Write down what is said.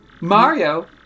Mario